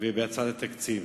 ובהצעת התקציב.